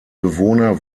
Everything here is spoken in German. bewohner